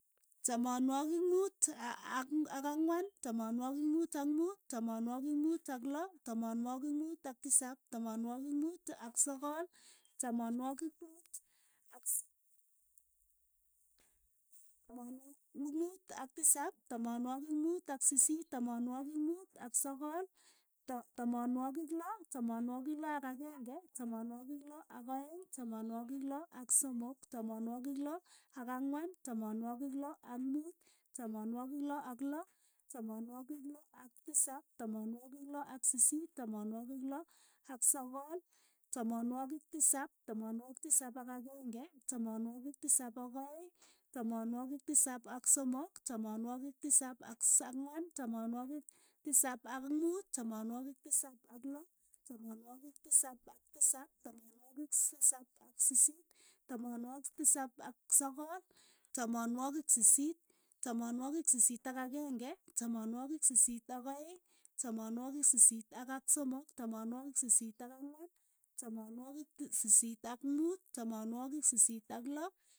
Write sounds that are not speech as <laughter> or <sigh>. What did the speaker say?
Tamanwagik muut <hesitation> ak ang'wan, tamanwagik muut ak muut, tamanwagik muut ak loo, tamanwagik muut ak tisap, tamanwagik muut ak sisiit, tamanwagik muut ak sogol, tamanwogik loo, tamanwogik loo ak akeng'e, tamanwogik loo ak aeng', tamanwogik loo somok, tamanwogik loo ak ang'wan, tamanwogik loo ak muut, tamanwogik loo ak loo, tamanwogik loo ak tisap, tamanwogik loo ak sisiit, tamanwogik loo ak sogol, tamanwogik tisap, tamanwogik tisap ak akeng'e, tamanwogik tisap ak aeng', tamanwogik tisap ak somok. tamanwogik tisap ak ang'wan, tamanwogik tisap ak muut, tamanwogik tisap ak loo, tamanwogik tisap ak tisap, tamanwogik tisap ak sisiit, tamanwogik tisap ak sogol, tamanwogik sisiit, tamanwogik sisiit ak akeng'e, tamanwogik sisiit ak aeng', tamanwogik sisiit ak somok, tamanwogik sisiit ak ang'wan, tamanwogik sisiit ak muut, tamanwogik sisiit ak loo.